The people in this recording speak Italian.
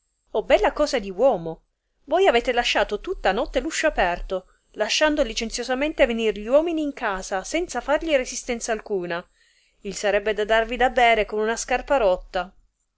disse bella cosa di uomo voi avete lasciato tutta notte r uscio aperto lasciando licenziosamente venir gli uomini in casa senza fargli resistenza alcuna il sarebbe da darvi da bere con una scarpa rotta